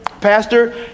pastor